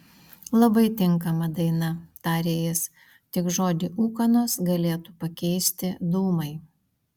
labai tinkama daina tarė jis tik žodį ūkanos galėtų pakeisti dūmai